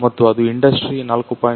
ಮತ್ತು ಅದು ಇಂಡಸ್ಟ್ರಿ 4